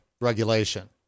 regulation